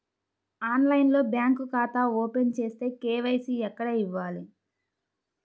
ఆన్లైన్లో బ్యాంకు ఖాతా ఓపెన్ చేస్తే, కే.వై.సి ఎక్కడ ఇవ్వాలి?